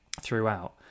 throughout